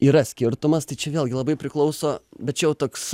yra skirtumas tai čia vėlgi labai priklauso bet čia jau toks